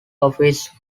office